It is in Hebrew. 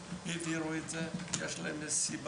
העבירו את זה, יש סיבה,